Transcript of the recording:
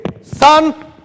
Son